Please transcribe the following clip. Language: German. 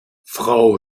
frau